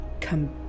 come